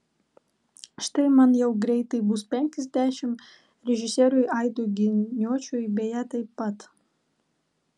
štai man jau greitai bus penkiasdešimt režisieriui aidui giniočiui beje taip pat